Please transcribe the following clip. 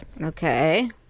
Okay